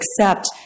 accept